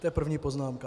To je první poznámka.